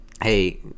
hey